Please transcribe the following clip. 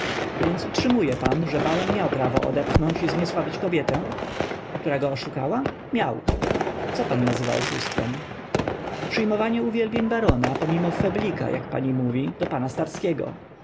więc utrzymuje pan że baron miał prawo odepchnąć i zniesławić kobietę która go oszukała miał co pan nazywa oszustwem przyjmowanie uwielbień barona pomimo feblika jak pani mówi do pana starskiego